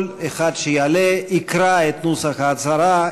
כל אחד שיעלה יקרא את נוסח ההצהרה,